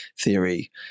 theory